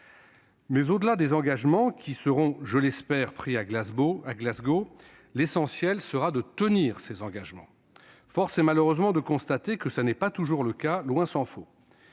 Mais au-delà des engagements qui seront, je l'espère, pris à Glasgow, l'essentiel sera de les tenir. Malheureusement, force est de constater que tel n'est pas toujours le cas, tant s'en faut.